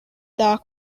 doc